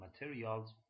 materials